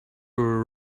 were